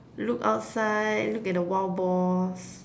look outside look at the wild boars